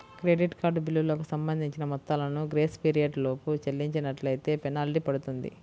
credit card బిల్లులకు సంబంధించిన మొత్తాలను గ్రేస్ పీరియడ్ లోపు చెల్లించనట్లైతే ఫెనాల్టీ పడుతుంది